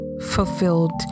fulfilled